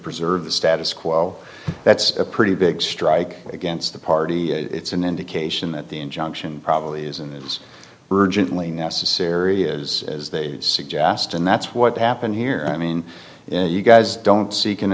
preserve the status quo that's a pretty big strike against the party it's an indication that the injunction probably isn't urgently necessary as they suggest and that's what happened here i mean you guys don't